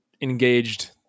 engaged